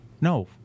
no